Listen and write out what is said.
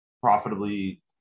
profitably